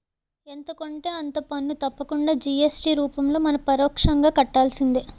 ఎంత కొంటే అంత పన్ను తప్పకుండా జి.ఎస్.టి రూపంలో మనం పరోక్షంగా కట్టాల్సిందే